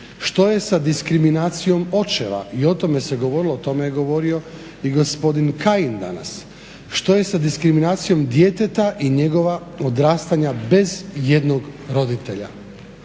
Što je sa diskriminacijom očeva? I o tome se govorilo o tome je govorio i gospodin Kajin danas? Što je sa diskriminacijom djeteta i njegova odrastanja bez jednog roditelja?